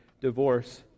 divorce